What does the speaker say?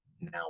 Now